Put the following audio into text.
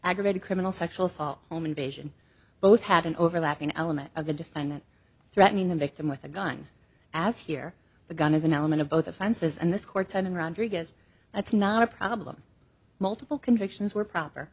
aggravated criminal sexual assault home invasion both had an overlapping element of the defendant threatening the victim with a gun as here the gun is an element of both offenses and this court said in rodriguez that's not a problem multiple convictions were proper